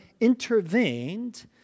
intervened